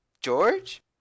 George